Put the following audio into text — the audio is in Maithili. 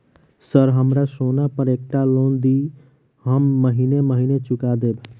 सर हमरा सोना पर एकटा लोन दिऽ हम महीने महीने चुका देब?